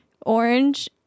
orange